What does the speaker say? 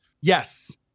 Yes